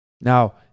Now